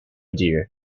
dear